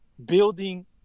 building